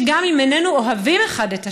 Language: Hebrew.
שגם אם איננו אוהבים אחד את השני,